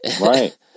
Right